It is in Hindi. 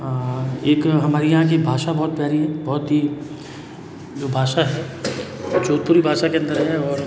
एक हमारे यहाँ की भाषा बहुत प्यारी बहुत ही जो भाषा है जोधपुरी भाषा के अंदर है और